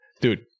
Dude